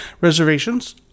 Reservations